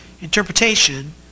interpretation